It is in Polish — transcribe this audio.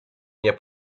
nie